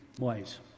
ways